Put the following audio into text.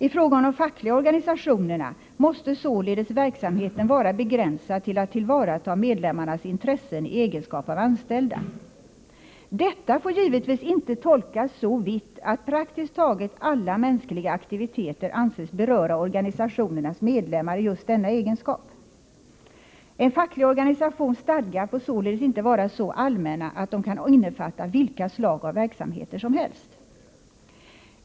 I fråga om de fackliga organisationerna måste således verksamheten vara begränsad till att tillvarata medlemmarnas intressen i egenskap av anställda. Detta får givetvis inte tolkas så vitt att praktiskt taget alla mänskliga aktiviteter anses beröra organisationernas medlemmar i just denna egenskap. En facklig organisations stadgar får således inte vara så allmänna att de kan innefatta vilka slag av verksamheter som helst.